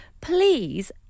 please